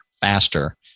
faster